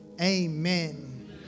Amen